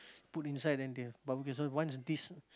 put inside then they barbecue so once this